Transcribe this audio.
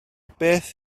beth